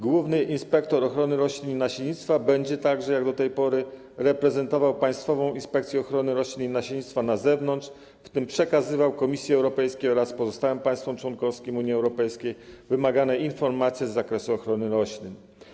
Główny inspektor ochrony roślin i nasiennictwa będzie także, jak do tej pory, reprezentował Państwową Inspekcję Ochrony Roślin i Nasiennictwa na zewnątrz, w tym przekazywał Komisji Europejskiej oraz pozostałym państwom członkowskim Unii Europejskiej wymagane informacje z zakresu ochrony roślin.